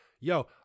Yo